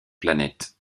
planète